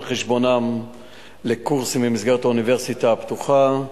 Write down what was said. חשבונם לקורסים במסגרת האוניברסיטה הפתוחה.